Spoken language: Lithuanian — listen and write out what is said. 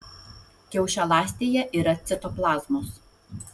kiaušialąstėje yra citoplazmos